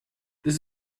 this